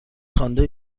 خوانده